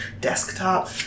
desktop